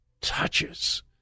touches